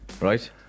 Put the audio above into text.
right